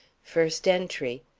first entry.